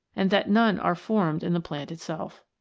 and that none are formed in the plant itself.